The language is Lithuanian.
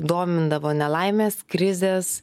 domindavo nelaimes krizės